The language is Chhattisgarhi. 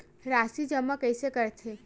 राशि जमा कइसे करथे?